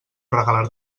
regalar